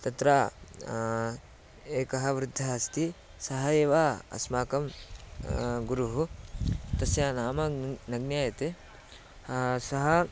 तत्र एकः वृद्धः अस्ति सः एव अस्माकं गुरुः तस्य नाम न ज्ञायते सः